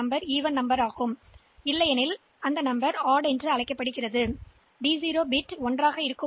மறுபுறம் எண் ஒற்றைப்படை என்றால் இந்த பிட் 1 ஆக இருக்கும்